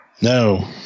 No